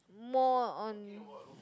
more on